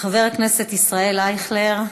חבר הכנסת ישראל אייכלר,